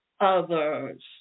others